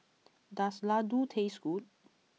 does Ladoo taste good